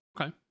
Okay